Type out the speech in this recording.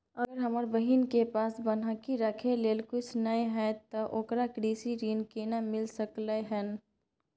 अगर हमर बहिन के पास बन्हकी रखय लेल कुछ नय हय त ओकरा कृषि ऋण केना मिल सकलय हन?